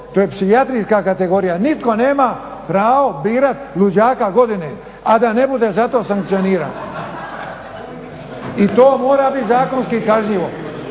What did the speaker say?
to je psihijatrijska kategorija. Nitko nema pravo birat luđaka godine, a da ne bude zato sankcioniran. /Smijeh./ I to mora bit zakonski kažnjivo.